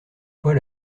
fois